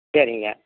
சரிங்க